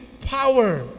power